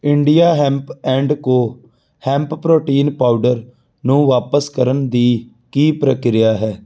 India hemp and co hemp protein powder ਨੂੰ ਵਾਪਸ ਕਰਨ ਦੀ ਕੀ ਪ੍ਰਕਿਰਿਆ ਹੈ